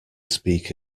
speak